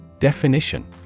Definition